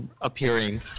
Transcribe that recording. appearing